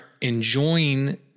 enjoying